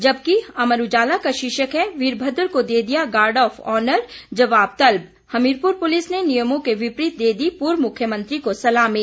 जबकि अमर उजाला का शीर्षक है वीरभद्र को दे दिया गार्ड ऑफ ऑनर जवाब तलब हमीरपुर पुलिस ने नियमों के विपरीत दे दी पूर्व मुख्यमंत्री को सलामी